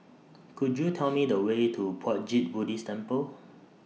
Could YOU Tell Me The Way to Puat Jit Buddhist Temple